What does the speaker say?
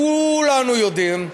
כולנו יודעים: